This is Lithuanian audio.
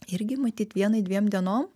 irgi matyt vienai dviem dienom